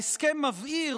ההסכם מבהיר,